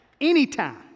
anytime